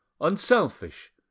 unselfish